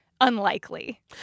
unlikely